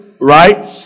right